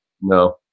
No